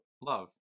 love